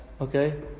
okay